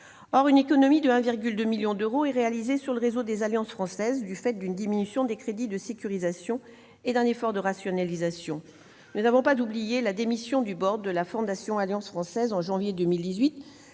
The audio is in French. Or une économie de 1,2 million d'euros est réalisée sur le réseau des alliances françaises, du fait d'une diminution des crédits de sécurisation et d'un effort de rationalisation. Nous n'avons pas oublié la démission du de la Fondation Alliance française en janvier 2018,